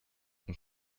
und